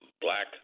Black